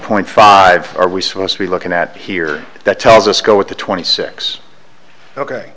point five are we supposed to be looking at here that tells us go with the twenty six ok